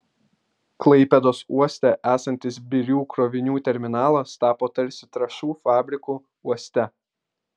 klaipėdos uoste esantis birių krovinių terminalas tapo tarsi trąšų fabriku uoste